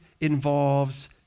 involves